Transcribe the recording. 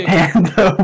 Panda